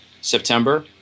September